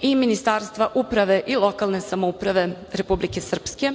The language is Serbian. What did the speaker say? i Ministarstva uprave i lokalne samouprave Republike Srpske,